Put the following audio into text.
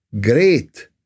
great